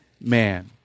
man